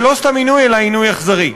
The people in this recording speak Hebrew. ולא סתם עינוי, אלא עינוי אכזרי.